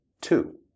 Two